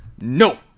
no